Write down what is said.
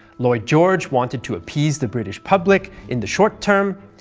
lloyd george wanted to appease the british public in the short term,